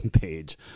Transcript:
page